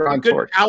good